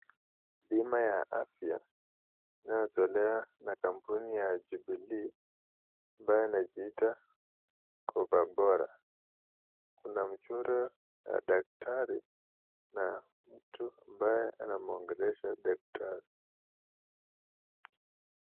Bima ya afya inayotolewa na kampuni ya Jubilee, ambayo inajiita Kopa Bora. Kuna mchoro ya daktari na mtu ambaye anamuongelesha daktari.